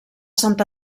sant